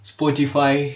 Spotify